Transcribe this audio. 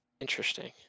interesting